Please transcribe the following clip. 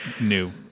new